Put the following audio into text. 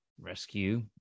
rescue